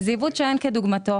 זהו עיוות שאין כדוגמתו.